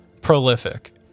Prolific